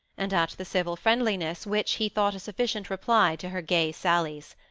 and at the civil friendliness which he thought a sufficient reply to her gay sallies.